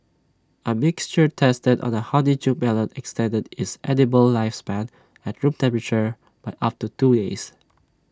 A mixture tested on A honeydew melon extended its edible lifespan at room temperature by up to two days